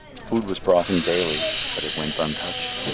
food was brought him daily, but it went untouched.